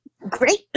great